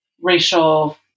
racial